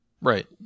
Right